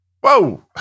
Whoa